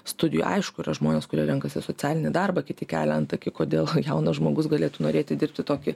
studijų aišku yra žmonės kurie renkasi socialinį darbą kiti kelia antakį kodėl jaunas žmogus galėtų norėti dirbti tokį